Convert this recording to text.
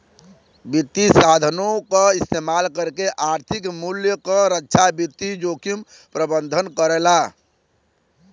वित्तीय साधनों क इस्तेमाल करके आर्थिक मूल्य क रक्षा वित्तीय जोखिम प्रबंधन करला